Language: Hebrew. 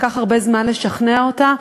לקח הרבה זמן לשכנע אותה,